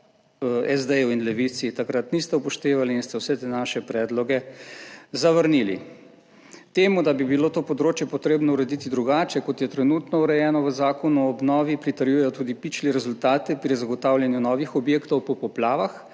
SD in Levici takrat niste upoštevali in ste vse te naše predloge zavrnili. Temu, da bi bilo to področje potrebno urediti drugače, kot je trenutno urejeno v Zakonu o obnovi pritrjujejo tudi pičli rezultate pri zagotavljanju novih objektov po poplavah,